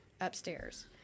upstairs